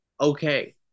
okay